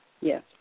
Yes